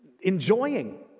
enjoying